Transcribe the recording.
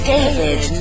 David